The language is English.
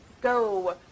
go